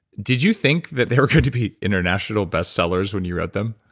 did you think that they were going to be international bestsellers when you wrote them?